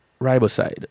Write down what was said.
riboside